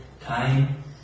time